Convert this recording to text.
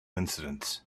incidents